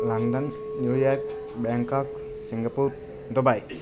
London New York Bangkok Singapore Dubai